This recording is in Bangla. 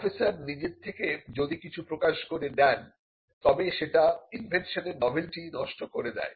প্রফেসর নিজে থেকে যদি কিছু প্রকাশ করে দেন তবে সেটা ইনভেনশনের নভেলটি নষ্ট করে দেয়